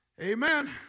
amen